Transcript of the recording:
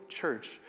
church